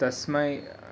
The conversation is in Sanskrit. तस्मै